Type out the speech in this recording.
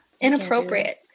Inappropriate